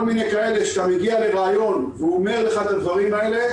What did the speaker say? כשאתה מגיע לראיון והוא אומר לך את הדברים האלה,